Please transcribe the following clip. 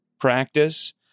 practice